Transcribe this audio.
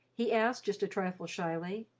he asked just a trifle shyly,